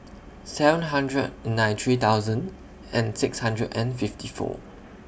seven hundred ninety three thousand and six hundred and fifty four